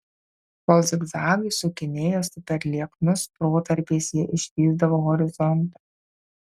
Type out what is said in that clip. kol zigzagais sukinėjosi per lieknus protarpiais jie išvysdavo horizontą